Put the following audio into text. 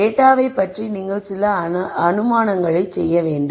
டேட்டாவை பற்றி நீங்கள் சில அனுமானங்களைச் செய்ய வேண்டும்